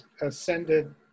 ascended